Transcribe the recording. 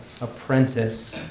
apprentice